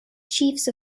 chiefs